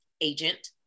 agent